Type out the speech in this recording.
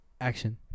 Action